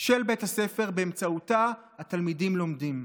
של בית הספר שבאמצעותה התלמידים לומדים.